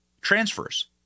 transfers